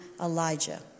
Elijah